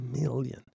million